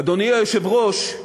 אדוני היושב-ראש,